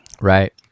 Right